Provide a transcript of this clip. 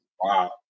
Wow